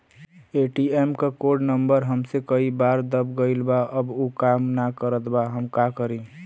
ATM क code number हमसे कई बार दब गईल बा अब उ काम ना करत बा हम का करी?